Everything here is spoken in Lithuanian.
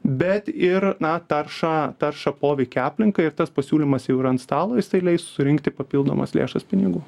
bet ir na taršą taršą poveikį aplinkai ir tas pasiūlymas jau yra ant stalo jis tai leis surinkti papildomas lėšas pinigų